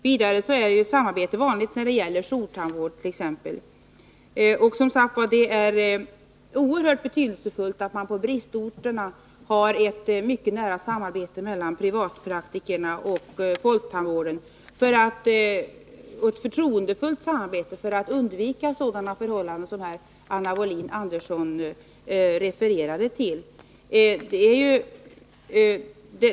Vidare är samarbete vanligt när det gäller t.ex. jourtandvård. Det är, som sagt, oerhört betydelsefullt att man på bristorterna har ett mycket nära och förtroendefullt samarbete mellan privatpraktikerna och folktandvården för att undvika sådana förhållanden som Anna Wobhlin Andersson har refererat till.